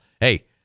Hey